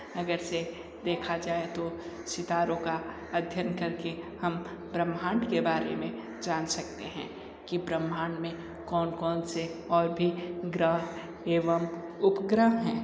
अगर से देखा जाए तो सितारों का अध्ययन करके हम ब्रह्मांड के बारे में जान सकते हैं कि ब्रह्मांड में कौन कौन से और भी गृह एवं उपग्रह हैं